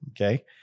Okay